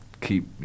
keep